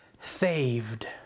saved